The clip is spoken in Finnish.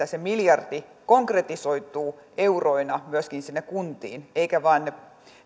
se miljardi konkretisoituu euroina myöskin sinne kuntiin eivätkä vain ne